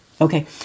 Okay